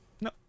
No